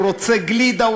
רוצה גלידה,